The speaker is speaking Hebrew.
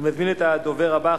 אני מזמין את הדובר הבא,